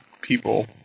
People